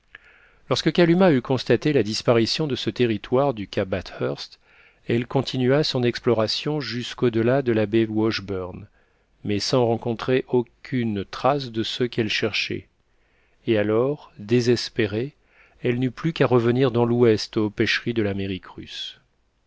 lorsque kalumah eut constaté la disparition de ce territoire du cap bathurst elle continua son exploration jusqu'au-delà de la baie washburn mais sans rencontrer aucune trace de ceux qu'elle cherchait et alors désespérée elle n'eut plus qu'à revenir dans l'ouest aux pêcheries de l'amérique russe